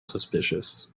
suspicious